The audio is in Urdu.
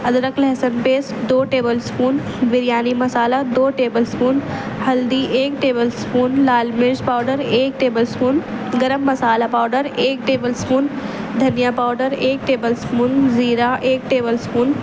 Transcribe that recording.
ادرک لہسن پیسٹ دو ٹیبل اسپون بریانی مسالہ دو ٹیبل اسپون ہلدی ایک ٹیبل اسپون لال مرچ پاؤڈر ایک tablespoon garam masala powder ایک ٹیبل اسپون دھنیا پاؤڈر ایک ٹیبل اسپون زیرہ ایک ٹیبل اسپون